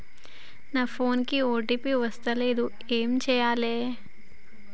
నా ఫోన్ కి ఓ.టీ.పి వస్తలేదు ఏం చేయాలే?